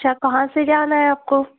अच्छा कहाँ से जाना है आपको